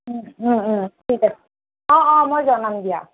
ঠিক আছে অঁ অঁ মই জনাম দিয়া